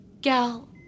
Gal